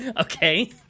okay